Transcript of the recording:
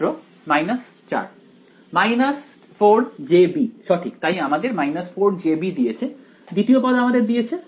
ছাত্র 4 4jb সঠিক তাই আমাদের 4jb দিয়েছে দ্বিতীয় পদ আমাদের দিয়েছে